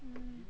mm